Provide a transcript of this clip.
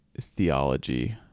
Theology